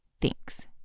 thinks